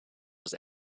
was